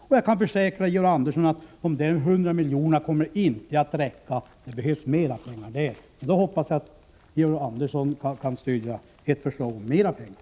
Och jag kan försäkra Georg Andersson att dessa 100 miljoner inte kommer att räcka. Det behövs mera pengar, och jag hoppas att Georg Andersson kommer att stödja ett eventuellt förslag om det.